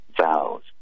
vows